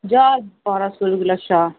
ज्हार बारां सौ रपेआ अच्छा